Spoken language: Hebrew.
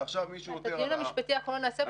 ועכשיו מישהו --- את הדיון המשפטי אנחנו לא נעשה פה.